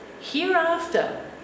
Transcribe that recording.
hereafter